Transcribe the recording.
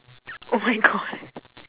oh my god